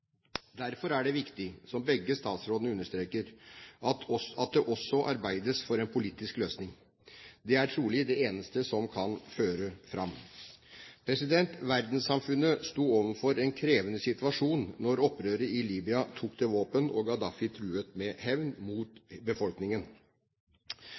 Derfor er det viktig, som begge statsrådene understreker, at det også arbeides for en politisk løsning. Det er trolig det eneste som kan føre fram. Verdenssamfunnet sto overfor en krevende situasjon da opprørerne i Libya tok til våpen og Gaddafi truet med hevn mot